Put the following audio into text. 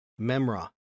memra